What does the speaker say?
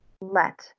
let